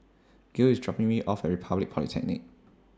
Gale IS dropping Me off At Republic Polytechnic